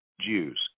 Jews